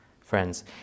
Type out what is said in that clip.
Friends